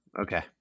Okay